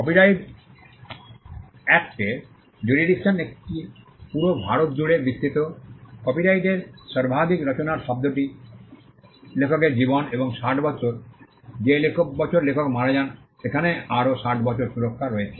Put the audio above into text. copyright act এর jurisdiction এটি পুরো ভারত জুড়ে বিস্তৃত কপিরাইটের সর্বাধিক রচনার শব্দটি লেখকের জীবন এবং 60 বছর যে বছর লেখক মারা যান সেখানে আরও 60 বছর সুরক্ষা রয়েছে